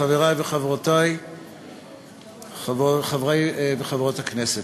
חברי וחברותי חברי וחברות הכנסת,